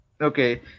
Okay